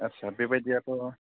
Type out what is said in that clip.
आदसा बेबायदियाथ'